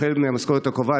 החל מהמשכורת הקרובה,